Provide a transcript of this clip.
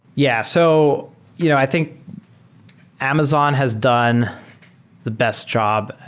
yeah. so you know i think amazon has done the best job.